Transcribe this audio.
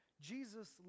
Jesus